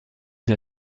der